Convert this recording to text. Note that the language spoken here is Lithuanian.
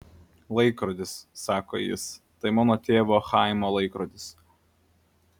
laikrodis sako jis tai mano tėvo chaimo laikrodis